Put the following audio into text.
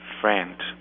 friend